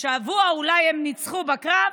השבוע אולי הם ניצחו בקרב,